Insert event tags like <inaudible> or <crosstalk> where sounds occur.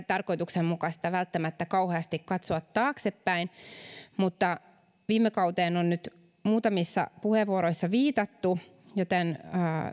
<unintelligible> tarkoituksenmukaista välttämättä kauheasti katsoa taaksepäin mutta viime kauteen on nyt muutamissa puheenvuoroissa viitattu joten